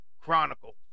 Chronicles